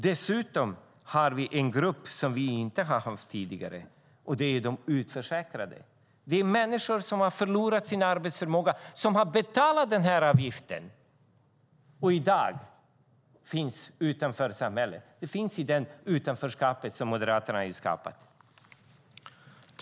Dessutom har vi en grupp som vi inte har haft tidigare, och det är de utförsäkrade. Det är människor som har förlorat sin arbetsförmåga men som har betalat den här sociala avgiften och i dag finns utanför. De finns i det utanförskap som Moderaterna har skapat.